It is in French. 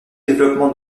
développement